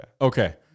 okay